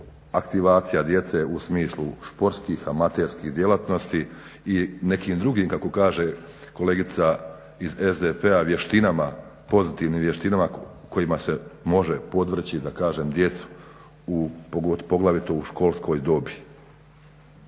aktivacija djece u smislu športskih, amaterskih djelatnosti i nekim drugim kako kaže kolegica iz SDP-a vještinama, pozitivnim vještinama kojima se može podvrći da kažem djecu poglavito u školskoj dobi.